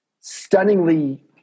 stunningly